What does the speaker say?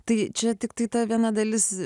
tai čia tiktai ta viena dalis